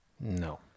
No